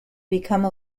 become